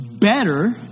better